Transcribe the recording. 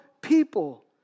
people